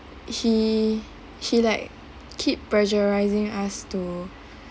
he he like keep pressurising us to